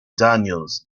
daniels